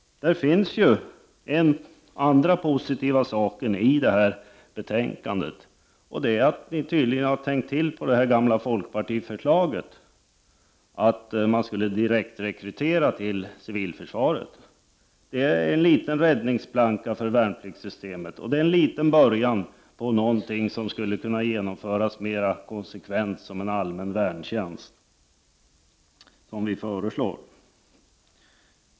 En annan av de positiva sakerna i det här betänkandet är att ni tydligen har tänkt till när det gäller det gamla folkpartiförslaget att man skulle direkt rekrytera till civilförsvaret. Det är en liten räddningsplanka för värnpliktssystemet, och det är en liten början till något som skulle kunna genomföras mera konsekvent som en allmän värntjänst, som vi föreslår.